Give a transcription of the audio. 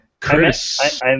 Chris